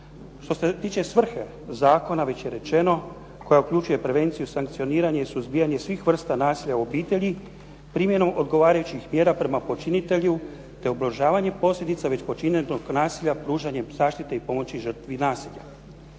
Što se tiče svrhe zakona već je rečeno koja uključuje prevenciju, sankcioniranje i suzbijanje svih vrsta nasilja u obitelji, primjenu odgovarajućih mjera prema počinitelju, te ublažavanje posljedica već počinjenog nasilja pružanjem zaštite i pomoći žrtve nasilja.